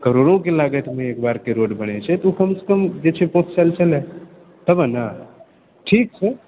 करोड़ोके लागतमे एकबारके रोड बनै छै तऽ ओ कमसँ कम जे छै पांँच साल चलए तबे ने ठीक छै